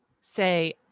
say